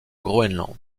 groenland